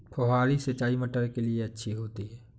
फुहारी सिंचाई मटर के लिए अच्छी होती है?